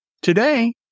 Today